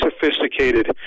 sophisticated